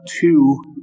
two